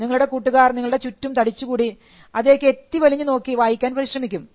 നിങ്ങളുടെ കൂട്ടുകാർ നിങ്ങളുടെ ചുറ്റും തടിച്ചുകൂടി അതിലേക്ക് എത്തി വലിഞ്ഞു നോക്കി വായിക്കാൻ പരിശ്രമിക്കും